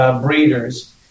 breeders